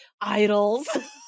idols